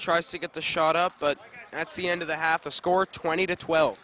tries to get the shot up but that's the end of the half a score twenty to twelve